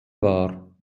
war